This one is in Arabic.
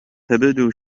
تبدو